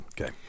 okay